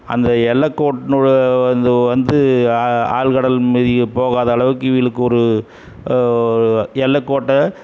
அந்த எல்லக் கோடு அது வந்து ஆழ்கடல் மிதி போகாத அளவுக்கு இவிங்களுக்கு ஒரு எல்லக்கோட்டை